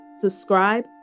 Subscribe